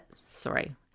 sorry